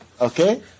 okay